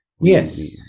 Yes